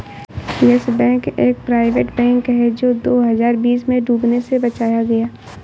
yes Bank एक private bank है जो दो हज़ार बीस में डूबने से बचाया गया